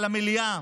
למליאה,